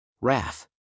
Wrath